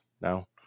now